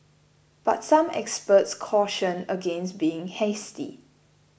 but some experts cautioned against being hasty